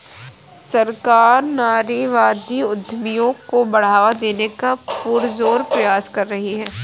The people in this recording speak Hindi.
सरकार नारीवादी उद्यमियों को बढ़ावा देने का पुरजोर प्रयास कर रही है